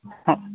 অ